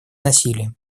насилием